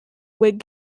whig